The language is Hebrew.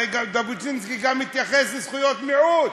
הרי ז'בוטינסקי התייחס גם לזכויות מיעוט.